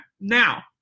Now